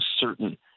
certain